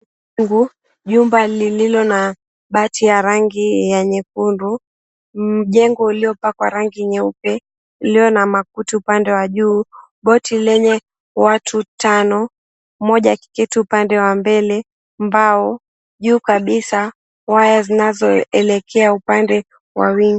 Jumba lililo na rangi ya nyekundu. Mjengo uliopakwa rangi, ulio na makuti upande wa juu, boti lenye watu tano, mmoja akiketi upande wa mbele, mbao, juu kabisa, waya zinazoelekea upande wa wingu.